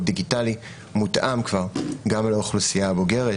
דיגיטלי מותאם כבר גם לאוכלוסייה הבוגרת,